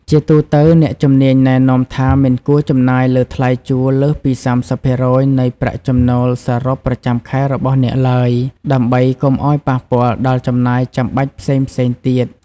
ជាទូទៅ អ្នកជំនាញណែនាំថាមិនគួរចំណាយលើថ្លៃជួលលើសពី ៣០ភាគរយ នៃប្រាក់ចំណូលសរុបប្រចាំខែរបស់អ្នកឡើយ ដើម្បីកុំឱ្យប៉ះពាល់ដល់ចំណាយចាំបាច់ផ្សេងៗទៀត។